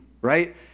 right